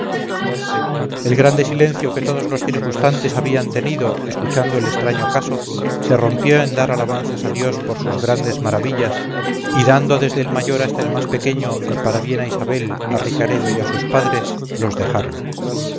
el grande silencio que todos los circunstantes habían tenido escuchando el extraño caso se rompió en dar alabanzas a dios por sus grandes maravillas y dando desde el mayor hasta el más pequeño el parabién a isabel a ricaredo y a sus padres los dejaron